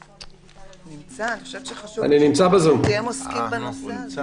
אני חושבת שכדאי לשמוע, כי הם עוסקים בנושא הזה.